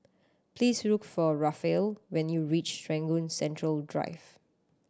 please look for Raphael when you reach Serangoon Central Drive